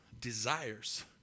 desires